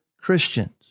Christians